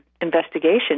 investigation